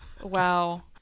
Wow